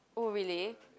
oh really